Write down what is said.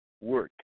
work